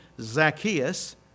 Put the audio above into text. Zacchaeus